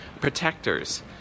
protectors